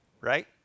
right